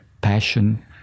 passion